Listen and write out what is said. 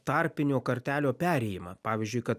tarpinio kartelio perėjimą pavyzdžiui kad